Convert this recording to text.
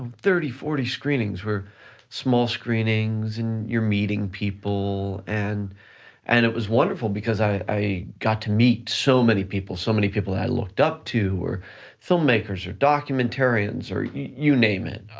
thirty, forty screenings, were small screenings and you're meeting people and and it was wonderful because i i got to meet so many people, so many people that i looked up to or filmmakers or documentarians or you name it,